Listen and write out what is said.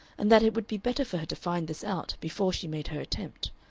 and that it would be better for her to find this out before she made her attempt.